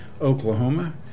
Oklahoma